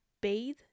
bathe